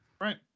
Right